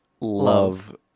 love